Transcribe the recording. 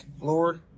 Lord